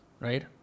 Right